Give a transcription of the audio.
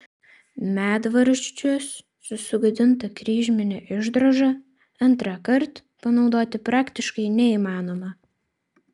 medvaržčius su sugadinta kryžmine išdroža antrąkart panaudoti praktiškai neįmanoma